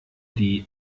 die